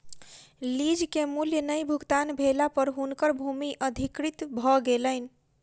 lease के मूल्य नै भुगतान भेला पर हुनकर भूमि अधिकृत भ गेलैन